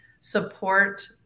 support